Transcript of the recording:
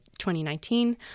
2019